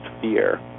fear